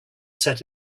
set